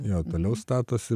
jo toliau statosi